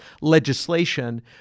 legislation